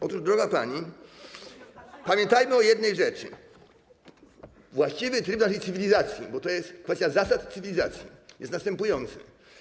Otóż, droga pani, pamiętajmy o jednej rzeczy, że właściwy tryb naszej cywilizacji, bo to jest kwestia zasad cywilizacji, jest następujący.